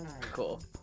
cool